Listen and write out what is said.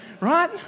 right